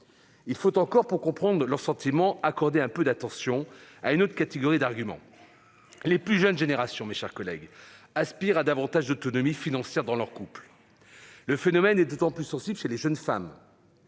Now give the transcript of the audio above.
Il faut encore, pour comprendre leur sentiment, accorder un peu d'attention à une autre catégorie d'arguments : les plus jeunes générations, mes chers collègues, aspirent à davantage d'autonomie financière dans leur couple. Le phénomène est d'autant plus sensible chez les jeunes femmes.